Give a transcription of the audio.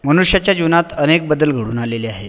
मनुष्याच्या जीवनात अनेक बदल घडून आलेले आहेत